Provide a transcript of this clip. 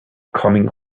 coming